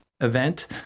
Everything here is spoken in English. event